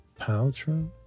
Paltrow